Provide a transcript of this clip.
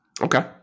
Okay